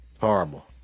horrible